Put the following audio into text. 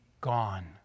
gone